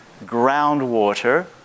groundwater